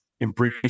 embrace